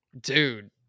Dude